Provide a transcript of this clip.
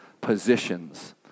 positions